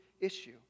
issue